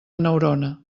neurona